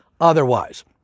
otherwise